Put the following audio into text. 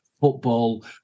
football